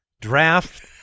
draft